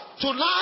Tonight